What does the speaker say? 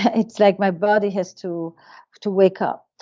it's like my body has to to wake up.